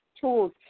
tools